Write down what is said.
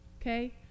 Okay